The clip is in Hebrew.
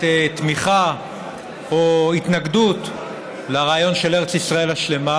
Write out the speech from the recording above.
תמיכה או התנגדות לרעיון של ארץ ישראל השלמה,